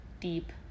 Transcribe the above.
deep